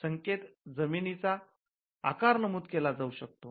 संख्येत जमिनीचा आकार नमुद केला जाउ शकतो